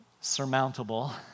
surmountable